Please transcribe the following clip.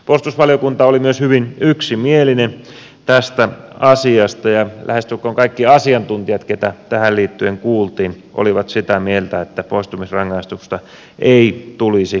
puolustusvaliokunta oli myös hyvin yksimielinen tästä asiasta ja lähestulkoon kaikki asiantuntijat joita tähän liittyen kuultiin olivat sitä mieltä että poistumisrangaistusta ei tulisi muuttaa